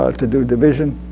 ah to do division?